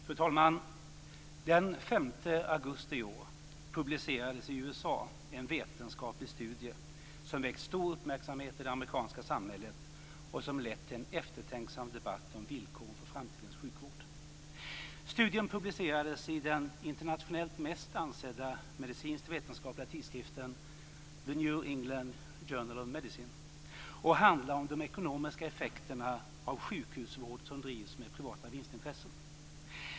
Fru talman! Den 5 augusti i år publicerades i USA en vetenskaplig studie som väckt stor uppmärksamhet i det amerikanska samhället och som lett till en eftertänksam debatt om villkoren för framtidens sjukvård. Studien publicerades i den internationellt mest ansedda medicinskt vetenskapliga tidskriften The New England Journal of Medicine och handlar om de ekonomiska effekterna av sjukhusvård som drivs med privata vinstintressen.